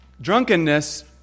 Drunkenness